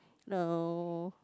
no